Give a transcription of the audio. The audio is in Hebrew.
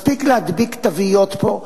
מספיק להדביק תוויות פה.